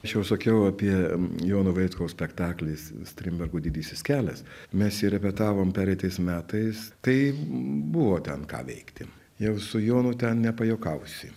aš jau sakiau apie jono vaitkaus spektaklį s strindbergo didysis kelias mes repetavom pereitais metais tai buvo ten ką veikti jau su jonu ten nepajuokausi